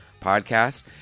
podcast